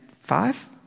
five